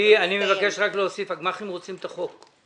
אני מבקש רק להוסיף הגמ, חים רוצים את החוק,